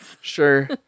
Sure